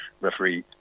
referee